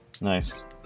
Nice